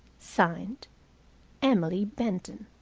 signed emily benton.